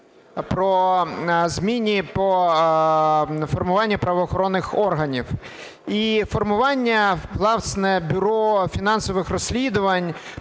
по зміні по формуванню правоохоронних органів. І формування, власне, Бюро фінансових розслідувань,